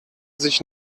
sich